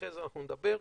אחרי זה אנחנו נדבר.